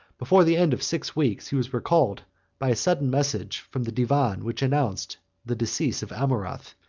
before the end of six weeks, he was recalled by a sudden message from the divan, which announced the decease of amurath,